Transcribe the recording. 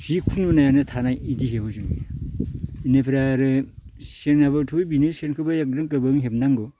जिखुनु नायानो थानाय इदि हेबो जोङो इनिफ्राय आरो सेनाबोथ' बिनो सेनखोबो एखदम गुबुङै हेबनांगौ